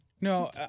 No